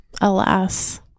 Alas